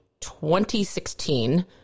2016